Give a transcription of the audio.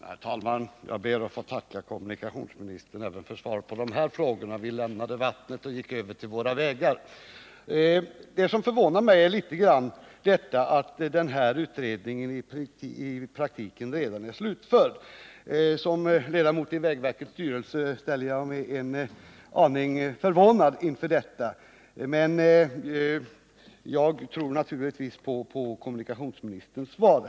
Herr talman! Jag ber att få tacka kommunikationsministern för svaren även på dessa frågor — vi lämnade vattnet och gick över till våra vägar. Det som förvånar mig litet är att denna utredning i praktiken redan är slutförd. Som ledamot i vägverkets styrelse är jag en aning förvånad över detta besked, men jag tror naturligtvis på kommunikationsministerns svar.